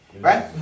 Right